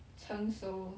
成熟